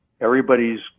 everybody's